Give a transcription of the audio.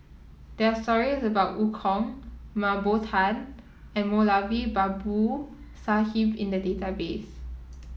there are stories about Eu Kong Mah Bow Tan and Moulavi Babu Sahib in the database